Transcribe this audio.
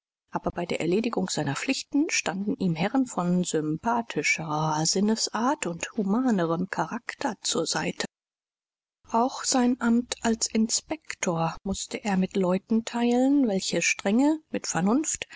aber bei der erledigung seiner pflichten standen ihm herren von sympathischerer sinnesart und humanerem charakter zur seite auch sein amt als inspektor mußte er mit leuten teilen welche strenge mit vernunft